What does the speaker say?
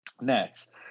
Nets